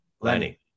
Lenny